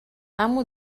amo